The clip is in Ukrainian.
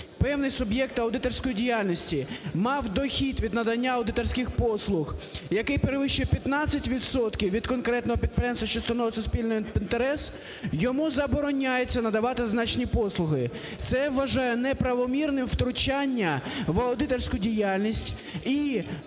певний суб'єкт аудиторської діяльності мав дохід від надання аудиторських послуг, який перевищує 15 відсотків від конкретного підприємства, що становить суспільний інтерес, йому забороняється надавати значні послуги. Це, я вважаю, неправомірне втручання в аудиторську діяльність і